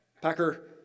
Packer